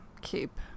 keep